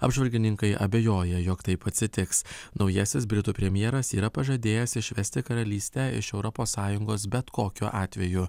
apžvalgininkai abejoja jog taip atsitiks naujasis britų premjeras yra pažadėjęs išvesti karalystę iš europos sąjungos bet kokiu atveju